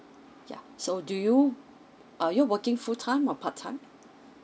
yup so do you are you working full time or part time